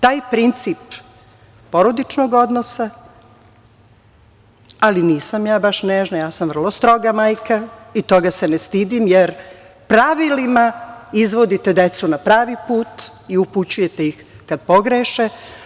Taj princip porodičnog odnosa, ali nisam ja baš nežna, ja sam vrlo stroga majka i toga se ne stidim, jer pravilima izvodite decu na pravi put i upućujete ih kad pogreše.